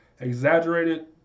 Exaggerated